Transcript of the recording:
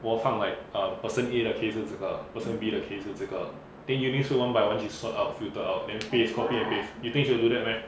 我放 like um person A 的 case 是这个 person B 的 case 是这个 then eunice one by one 去 sort out filter out then paste copy and paste you think she will do that meh